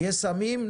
יש סמים?